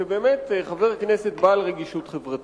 ובאמת כחבר כנסת בעל רגישות חברתית,